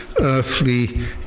earthly